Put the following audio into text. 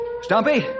Stumpy